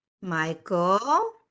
Michael